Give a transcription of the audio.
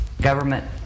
government